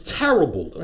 terrible